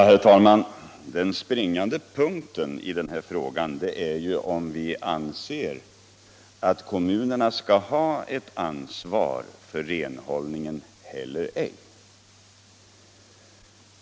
Herr talman! Den springande punkten i denna fråga är om vi vill att kommunerna skall ansvara för renhållningen eller inte.